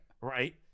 right